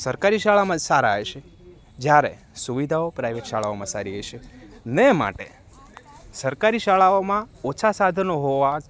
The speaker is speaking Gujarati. સરકારી શાળામાં સારા હશે જ્યારે સુવિધાઓ પ્રાઇવેટ શાળાઓમાં સારી હશે ને માટે સરકારી શાળાઓમાં ઓછા સાધનો હોવા